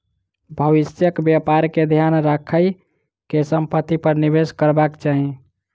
भविष्यक व्यापार के ध्यान राइख के संपत्ति पर निवेश करबाक चाही